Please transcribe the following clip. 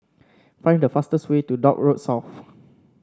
find the fastest way to Dock Road South